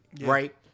Right